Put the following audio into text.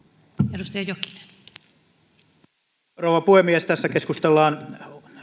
arvoisa rouva puhemies tässä keskustellaan